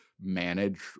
manage